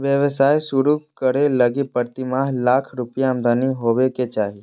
व्यवसाय शुरू करे लगी प्रतिमाह लाख रुपया आमदनी होबो के चाही